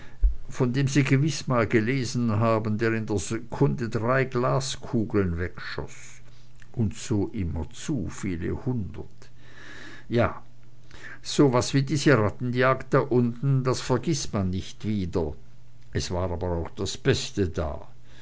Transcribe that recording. von dem sie gewiß einmal gelesen haben der in der sekunde drei glaskugeln wegschoß und so immerzu viele hundert ja so was wie diese rattenjagd da unten das vergißt man nicht wieder es war aber auch das beste da